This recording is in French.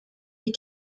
les